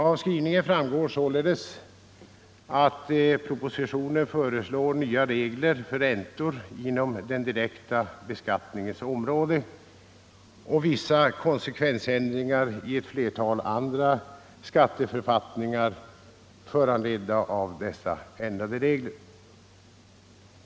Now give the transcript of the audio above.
Av skrivningen framgår således att propositionen föreslår nya regler för räntor inom den direkta beskattningens område och vissa konsekvensändringar i ett flertal andra skatteförfattningar, föranledda av dessa ändrade regler.